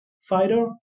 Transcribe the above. fighter